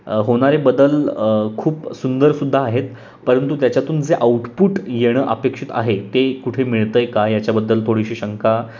होणारे बदल खूप सुंदर सुद्धा आहेत परंतु त्याच्यातून जे आऊटपुट येणं अपेक्षित आहे ते कुठे मिळतं आहे का याच्याबद्दल थोडीशी शंका